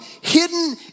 hidden